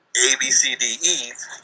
ABCDE